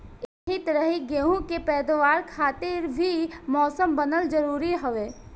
एही तरही गेंहू के पैदावार खातिर भी मौसम बनल जरुरी हवे